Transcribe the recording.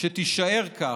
שתישאר כך,